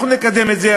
אנחנו נקדם את זה,